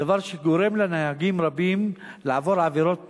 דבר שגורם לנהגים רבים לעבור עבירות תנועה,